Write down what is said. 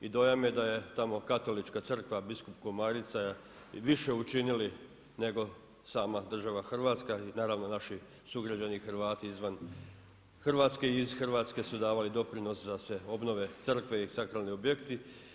I dojam je da je tamo Katolička crkva i biskup Komarica više učinili nego sama država Hrvatska i naravno naši sugrađani Hrvati izvan Hrvatske i iz Hrvatske su davali doprinos da se obnove crkve i sakralni objekti.